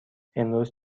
امروز